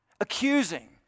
accusing